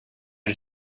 did